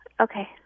Okay